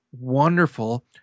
wonderful